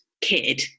kid